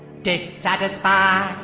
dissatisfied?